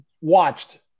watched